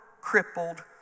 crippled